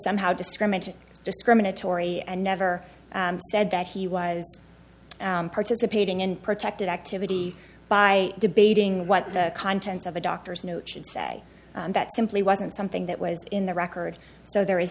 somehow discriminated discriminatory and never said that he was participating in protected activity by debating what the contents of a doctor's note should say that simply wasn't something that was in the record so there is